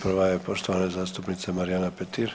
Prva je poštovana zastupnica Marijana Petir.